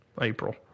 April